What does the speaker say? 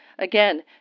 Again